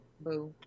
Boo